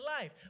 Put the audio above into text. life